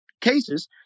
cases